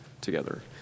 together